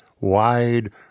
wide